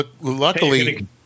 luckily